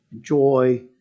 joy